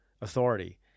authority